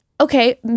okay